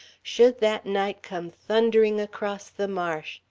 should that night come thundering across the marsh,